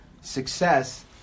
success